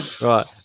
right